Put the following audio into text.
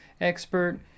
expert